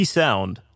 sound